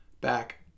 back